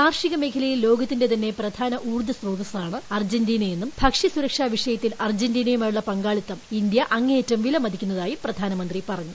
കാർഷിക മേഖലയിൽ ലോകത്തിന്റെതന്നെ പ്രധാന ഊർജ്ജ സോത്രസ്സാണ് അർജന്റീനയെന്നും ഭക്ഷ്യസുരക്ഷാവിഷയത്തിൽ അർജന്റീനിയുമായുള്ള പങ്കാളിത്തം ഇന്ത്യ അങ്ങേയറ്റം വിലമതിയ്ക്കുന്നതായും പ്രധാനമന്ത്രി പറഞ്ഞു